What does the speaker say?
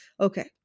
okay